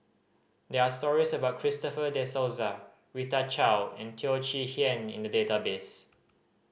there are stories about Christopher De Souza Rita Chao and Teo Chee Hean in the database